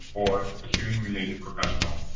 or a hearing related professional.